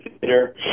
theater